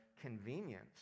convenience